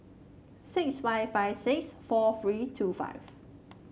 six five five six four three two five